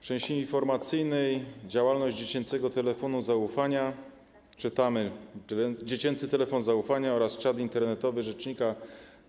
W części informacyjnej ˝Działalność Dziecięcego Telefonu Zaufania˝ czytamy: Dziecięcy telefon zaufania oraz czat internetowy rzecznika